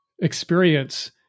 experience